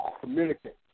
communicate